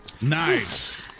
Nice